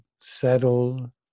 settle